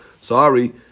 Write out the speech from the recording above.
Sorry